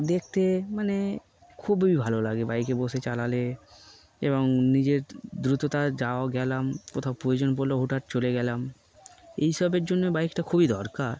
দেখতে মানে খুবই ভালো লাগে বাইকে বসে চালালে এবং নিজের দ্রুততা যাওয়া গেলাম কোথাও প্রয়োজন পড়লে হঠাৎ চলে গেলাম এই সবের জন্য বাইকটা খুবই দরকার